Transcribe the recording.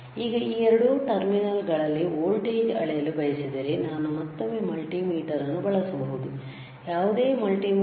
ಈಗ ಈ ಎರಡು ಟರ್ಮಿನಲ್ಗಳಲ್ಲಿ ವೋಲ್ಟೇಜ್ಅಳೆಯಲು ಬಯಸಿದರೆ ನಾನು ಮತ್ತೊಮ್ಮೆ ಮಲ್ಟಿಮೀಟರ್ಅನ್ನು ಬಳಸಬಹುದು ಯಾವುದೇ ಮಲ್ಟಿಮೀಟರ್